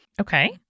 Okay